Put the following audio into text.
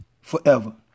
forever